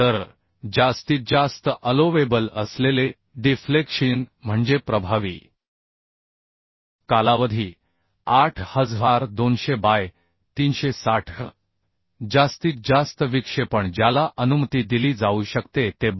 तर जास्तीत जास्त अलोवेबल असलेले डिफ्लेक्शिन म्हणजे प्रभावी कालावधी 8200 बाय 360 जास्तीत जास्त विक्षेपण ज्याला अनुमती दिली जाऊ शकते ते 22